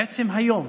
בעצם היום,